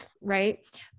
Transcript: right